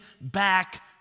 back